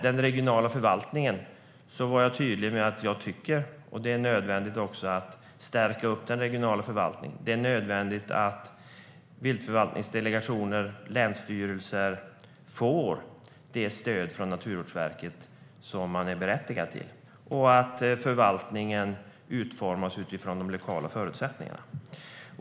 Jag var tydlig med att jag tycker att det är nödvändigt att stärka den regionala förvaltningen. Det är nödvändigt att viltförvaltningsdelegationer och länsstyrelser får det stöd från Naturvårdsverket som de är berättigade till och att förvaltningen utformas utifrån de lokala förutsättningarna.